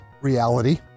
reality